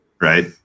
right